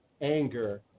anger